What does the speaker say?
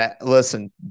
Listen